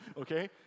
okay